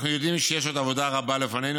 אנחנו יודעים שיש עוד עבודה רבה לפנינו,